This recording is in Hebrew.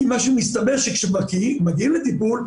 כי מה שמסתבר שכשמגיעים לטיפול,